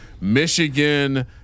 Michigan